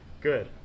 good